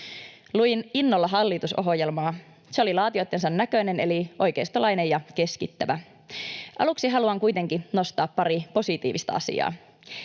Luin innolla hallitusohjelmaa. Se oli laatijoittensa näköinen eli oikeistolainen ja keskittävä. Aluksi haluan kuitenkin nostaa pari positiivista asiaa.